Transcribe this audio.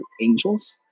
angels